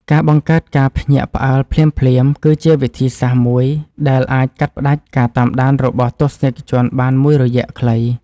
ការបង្កើតភាពភ្ញាក់ផ្អើលភ្លាមៗគឺជាវិធីសាស្ត្រមួយដែលអាចកាត់ផ្តាច់ការតាមដានរបស់ទស្សនិកជនបានមួយរយៈខ្លី។